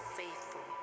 faithful